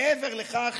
מעבר לכך